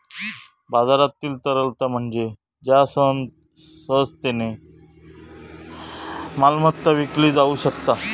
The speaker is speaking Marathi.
बाजारातील तरलता म्हणजे ज्या सहजतेन मालमत्ता विकली जाउ शकता